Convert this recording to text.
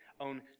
own